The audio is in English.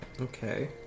Okay